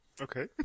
Okay